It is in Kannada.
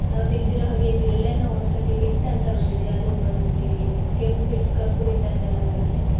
ನಾವು ತಿಳ್ದಿರೋ ಹಾಗೆ ಜಿರಳೆಯನ್ನು ಓಡಿಸೋಕೆ ಹಿಟ್ ಅಂತ ಬಂದಿದೆ ಅದನ್ನು ಬಳಸ್ತೀವಿ ಕೆಂಪು ಹಿಟ್ ಕಪ್ಪು ಹಿಟ್ ಅಂತೆಲ್ಲ ಬರುತ್ತೆ